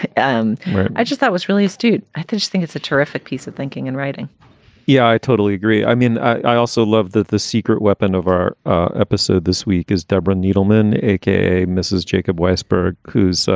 and i just that was really astute. i think i think it's a terrific piece of thinking and writing yeah, i totally agree i mean, i also love that the secret weapon of our episode this week is deborah needleman, a k a. mrs. jacob weisberg, who's